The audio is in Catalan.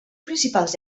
principals